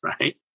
right